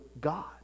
God